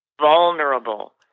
vulnerable